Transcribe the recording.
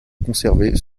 conserver